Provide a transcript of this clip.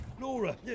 Laura